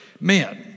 men